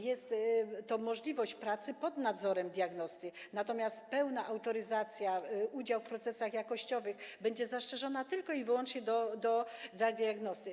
Jest możliwość pracy pod nadzorem diagnosty, natomiast pełna autoryzacja, udział w procesach jakościowych, będzie zastrzeżona tylko i wyłącznie dla diagnosty.